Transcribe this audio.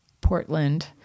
Portland